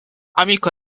amiko